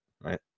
right